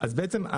בעצם,